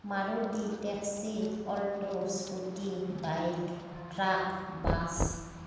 Maruti taxi alto scooty bike truck bus